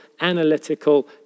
analytical